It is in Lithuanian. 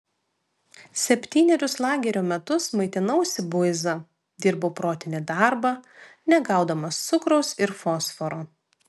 septynerius lagerio metus maitinausi buiza dirbau protinį darbą negaudamas cukraus ir fosforo